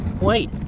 Wait